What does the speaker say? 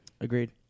Agreed